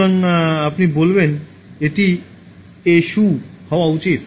সুতরাং আপনি বলবেন এটি " এ শু" হওয়া উচিত